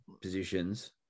positions